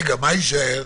מה יישאר?